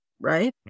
right